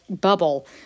bubble